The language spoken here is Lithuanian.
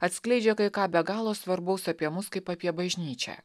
atskleidžia kai ką be galo svarbaus apie mus kaip apie bažnyčią